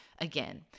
again